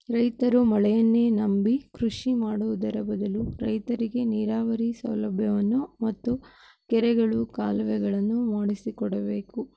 ರೈತರು ಮಳೆಯನ್ನೇ ನಂಬಿ ಕೃಷಿ ಮಾಡುವುದರ ಬದಲು ರೈತರಿಗೆ ನೀರಾವರಿ ಸೌಲಭ್ಯವನ್ನು ಮತ್ತು ಕೆರೆಗಳು ಕಾಲುವೆಗಳನ್ನು ಮಾಡಿಸಿಕೊಡಬೇಕು